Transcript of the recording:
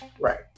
Right